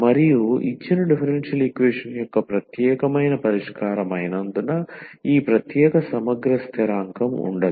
మరియు ఇచ్చిన differential equation యొక్క ప్రత్యేకమైన పరిష్కారం అయినందున ఈ ప్రత్యేక సమగ్ర స్థిరాంకం ఉండదు